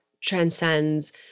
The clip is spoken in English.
transcends